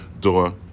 door